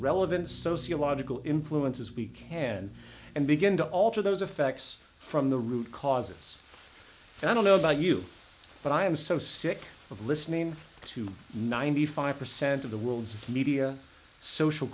relevant sociological influences we can and begin to alter those effects from the root causes and i don't know about you but i am so sick of listening to ninety five percent of the world's media social